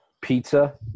Pizza